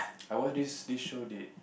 I watch this this show that